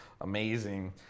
amazing